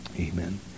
Amen